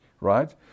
Right